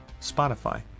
Spotify